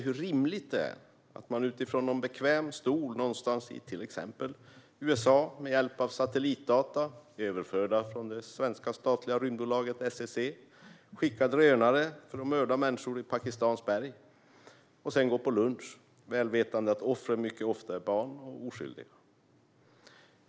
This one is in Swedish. Hur rimligt är det att man utifrån en bekväm stol någonstans i till exempel USA med hjälp av satellitdata, överförda från det svenska statliga rymdbolaget SSC, skickar drönare för att mörda människor i Pakistans berg och sedan går på lunch, väl vetande att offren mycket ofta är barn och oskyldiga?